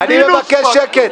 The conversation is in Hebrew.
אני מבקש שקט.